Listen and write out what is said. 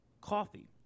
coffee